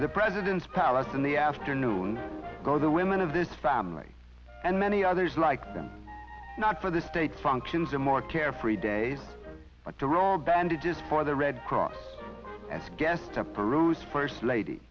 the president's powers in the afternoon go the women of this family and many others like them not for the state functions or more carefree days but the roll bandages for the red cross and guests to peruse first lady